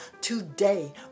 today